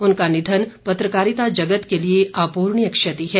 उनका निधन पत्रकारिता जगत के लिए अपूर्णीय क्षति है